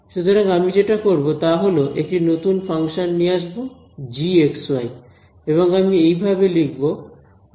সুতরাং আমি যেটা করব তা হল একটি নতুন ফাংশন নিয়ে আসবো gxy এবং আমি এইভাবে লিখব y f ঠিক আছে